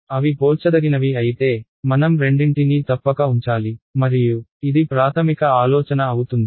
అవి పోల్చదగినవి అయితే మనం రెండింటినీ తప్పక ఉంచాలి మరియు ఇది ప్రాథమిక ఆలోచన అవుతుంది